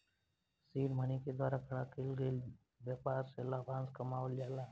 seed money के द्वारा खड़ा कईल गईल ब्यपार से लाभांस कमावल जाला